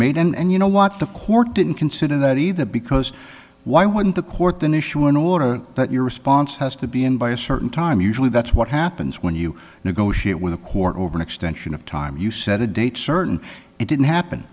made and you know what the court didn't consider that either because why wouldn't the court then issue an order that your response has to be in by a certain time usually that's what happens when you negotiate with the court over an extension of time you set a date certain it didn't happen